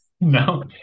No